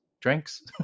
drinks